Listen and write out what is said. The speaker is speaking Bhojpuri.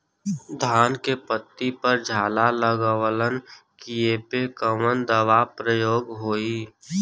धान के पत्ती पर झाला लगववलन कियेपे कवन दवा प्रयोग होई?